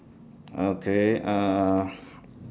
okay uh